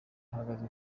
ihagaze